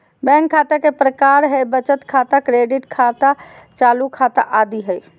bank खता के प्रकार हइ बचत खाता, क्रेडिट कार्ड खाता, चालू खाता आदि हइ